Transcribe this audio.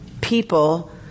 people